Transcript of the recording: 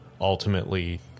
ultimately